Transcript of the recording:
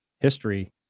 history